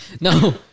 No